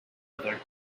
other